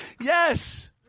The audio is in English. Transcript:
Yes